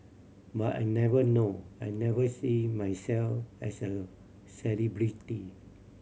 but I never know I never see myself as a celebrity